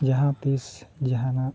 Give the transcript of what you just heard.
ᱡᱟᱦᱟᱸ ᱛᱤᱥ ᱡᱟᱦᱟᱱᱟᱜ